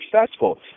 successful